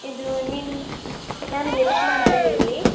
ಇದು ನಿಮ್ಗೆ ನಾನು ರೇಷ್ಮಾ ಅಂತ ಹೇಳಿ